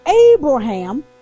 Abraham